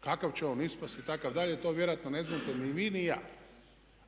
Kakav će on ispasti itd. to vjerojatno ne znate ni vi ni ja.